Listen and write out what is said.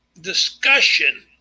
discussion